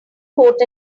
coat